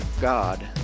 God